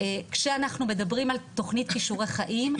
כשאנחנו מדברים על תכנית כישורי חיים,